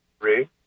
three